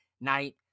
Night